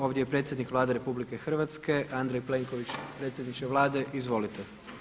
Ovdje je predsjednik Vlade RH Andrej Plenković, predsjedniče Vlade izvolite.